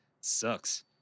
Sucks